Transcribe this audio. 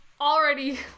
already